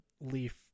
leaf